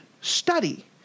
study